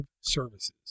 services